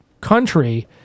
country